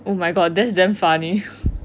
oh my god that's damn funny